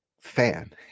fan